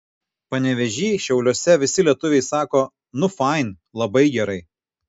panevėžy šiauliuose visi lietuviai sako nu fain labai gerai